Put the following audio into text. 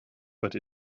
but